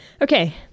okay